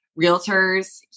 realtors